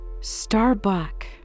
Starbuck